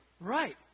Right